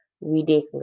ridiculous